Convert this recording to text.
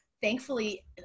Thankfully